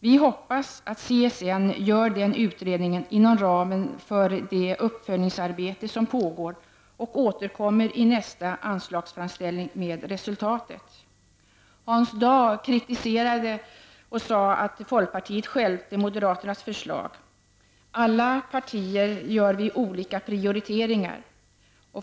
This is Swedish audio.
Vi hoppas att CSN gör den utredningen inom ramen för det uppföljningsarbete som pågår och att man återkommer i nästa anslagsframställning med resultatet. Hans Dau kritiserade att folkpartiet stjälpte moderaternas förslag. Alla partier gör olika prioriteringar.